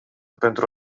pentru